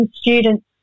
students